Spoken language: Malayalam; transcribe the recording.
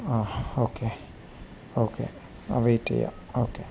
ആ ഓക്കെ ഓക്കെ ആ വെയിറ്റ് ചെയ്യാം ഓക്കെ